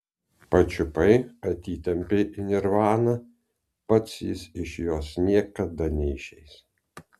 pačiupai atitempei į nirvaną pats jis iš jos niekada neišeis